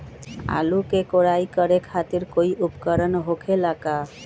आलू के कोराई करे खातिर कोई उपकरण हो खेला का?